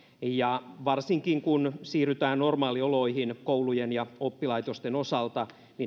ja varsinkin kun siirrytään normaalioloihin koulujen ja oppilaitosten osalta